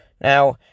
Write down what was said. Now